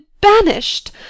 banished